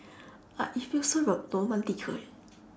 like it feels so r~ 罗曼蒂克 leh